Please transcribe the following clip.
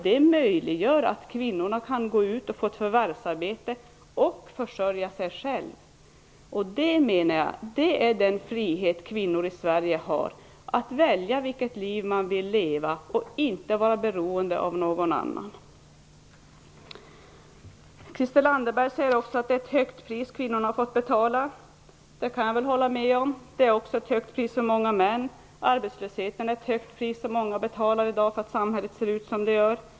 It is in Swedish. Det möjliggör att kvinnorna kan gå ut och få ett förvärvsarbete och därmed försörja sig själva. Det är en frihet som kvinnor i Sverige har, att kunna välja vilket liv de vill leva och inte vara beroende av någon annan. Christel Anderberg sade också att det är ett högt pris som kvinnorna har fått betala. Det kan jag hålla med om. Många män har också fått betala ett högt pris. Arbetslösheten är ett högt pris som många i dag betalar för att samhället ser ut som det gör.